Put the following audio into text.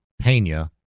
Pena